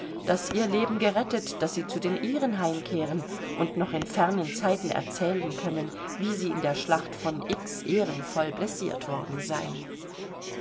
daß ihr leben gerettet daß sie zu den ihren heimkehren und noch in fernen zeiten erzählen können wie sie in der schlacht von x ehrenvoll blessiert worden seien